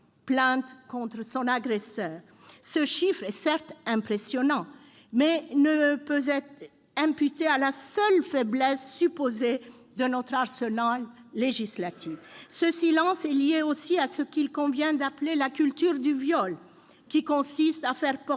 plainte contre son agresseur. Ce chiffre est certes impressionnant, mais il ne peut être imputé à la seule faiblesse supposée de notre arsenal législatif. Ce silence est lié aussi à ce qu'il convient d'appeler la culture du viol, qui consiste à faire porter